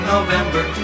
November